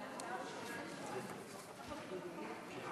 ההצעה להעביר את הצעת חוק הבטחת הכנסה (תיקון,